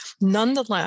Nonetheless